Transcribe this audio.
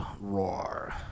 Roar